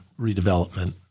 redevelopment